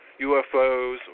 UFOs